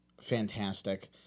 fantastic